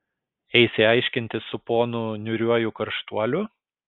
eisi aiškintis su ponu niūriuoju karštuoliu